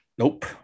Nope